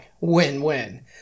Win-win